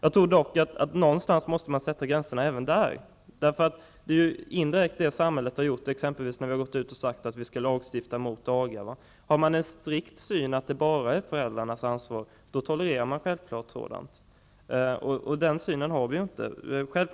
Jag tror dock att man även där måste sätta gränser någonstans. Indirekt är det vad samhället har gjort när vi har lagstiftat mot aga. Har man synen att det bara är föräldrarnas ansvar tolererar man självfallet aga. Den synen har vi ju inte.